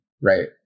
right